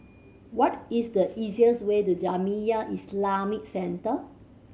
what is the easiest way to Jamiyah Islamic Centre